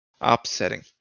upsetting